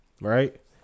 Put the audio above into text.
right